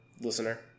listener